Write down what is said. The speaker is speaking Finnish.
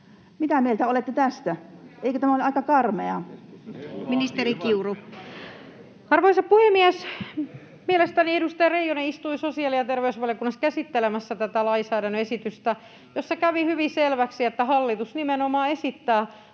karmeaa? [Perussuomalaisten ryhmästä: On karmeaa!] Ministeri Kiuru. Arvoisa puhemies! Mielestäni edustaja Reijonen istui sosiaali- ja terveysvaliokunnassa käsittelemässä tämän lainsäädännön esitystä, jossa kävi hyvin selväksi, että hallitus nimenomaan esittää